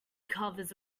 covers